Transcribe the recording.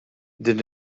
din